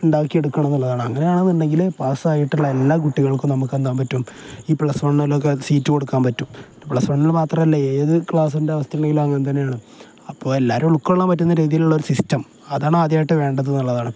ഉണ്ടാക്കി എടുക്കണം എന്നുള്ളതാണ് അങ്ങനെയാണെന്നുണ്ടെങ്കിൽ പാസ്സായിട്ടുള്ള എല്ലാ കുട്ടികൾക്കും നമുക്ക് എന്തു പറ്റും ഈ പ്ലസ് വണ്ണിലൊക്കെ സീറ്റ് കൊടുക്കാൻ പറ്റും പ്ലസ് വണ്ണിൽ മാത്രമല്ല ഏത് ക്ലാസിൻ്റെ അവസ്ഥയല്ലെങ്കിലും അങ്ങനെ തന്നെയാണ് അപ്പോൾ എല്ലാരും ഉൾക്കൊള്ളാൻ പറ്റുന്ന രീതിയിലുള്ള ഒരു സിസ്റ്റം അതാണ് ആദ്യമായിട്ട് വേണ്ടത് എന്നുള്ളതാണ്